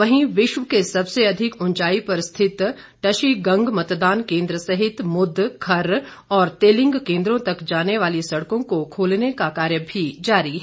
वहीं विश्व के सबसे अधिक ऊंचाई पर स्थित टशीगंग मतदान केंद्र सहित मुद खर और तेलिंग केंद्रो तक जाने वाली सड़कों को खोलने का कार्य भी जारी है